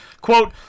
quote